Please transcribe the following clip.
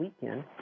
weekend